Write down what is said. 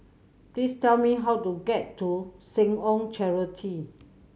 please tell me how to get to Seh Ong Charity